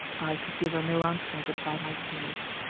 i could give her no answer, but by my tears.